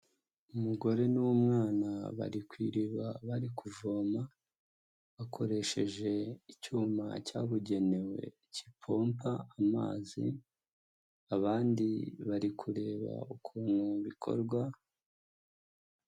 Umugore n'umwana bari ku iriba bari kuvoma bakoresheje icyuma cyabugenewe kikompa amazi, abandi bari kureba ukuntu bikorwa.